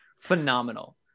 Phenomenal